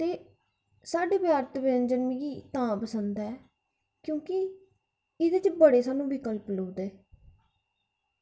ते साढ़े व्यापक व्यंजन मिगी तां पसंद ऐ क्योंकि एह्दे च बड़े सानूं विकल्प लब्भदे